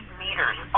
meters